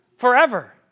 Forever